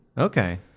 Okay